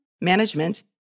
management